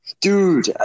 dude